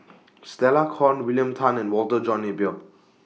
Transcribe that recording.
Stella Kon William Tan and Walter John Napier